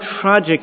tragic